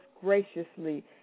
graciously